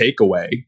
takeaway